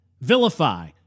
vilify